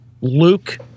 Luke